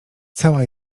cała